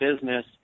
business